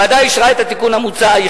הוועדה אישרה את התיקון המוצע,